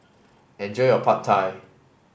enjoy your Pad Thai